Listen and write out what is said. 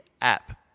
app